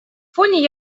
фоне